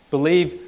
Believe